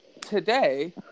today